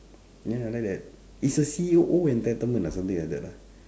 ya like that it's the C_E_O O entitlement lah or something like that lah